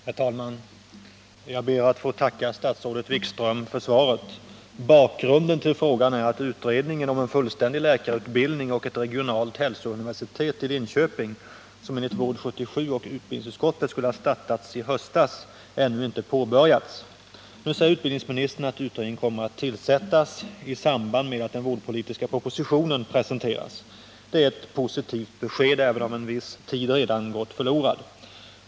Herr talman! Jag ber att få tacka statsrådet Wikström för svaret. Bakgrunden till frågan är att utredningen om en fullständig läkarutbildning och ett regionalt hälsouniversitet i Linköping, som enligt Vård 77 och utbildningsutskottet skulle ha startat i höstas, ännu inte påbörjats. Nu säger utbildningsministern att utredningen kommer att tillsättas i samband med att den vårdpolitiska propositionen presenteras. Det är ett positivt besked, även om en viss tid gått förlorad.